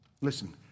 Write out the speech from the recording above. Listen